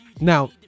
Now